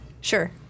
Sure